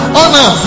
honor